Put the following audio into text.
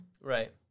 Right